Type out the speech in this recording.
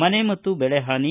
ಮನೆ ಮತ್ತು ಬೆಳೆ ಹಾನಿ